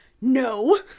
no